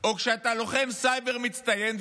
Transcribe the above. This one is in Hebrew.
או כשאתה לוחם סייבר מצטיין,